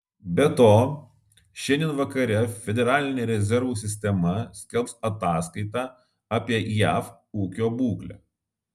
be to šiandien vakare federalinė rezervų sistema skelbs ataskaitą apie jav ūkio būklę